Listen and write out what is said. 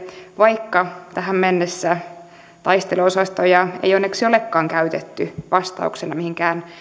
vaikka tähän mennessä taisteluosastoja ei onneksi olekaan käytetty vastauksena mihinkään